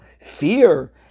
fear